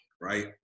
right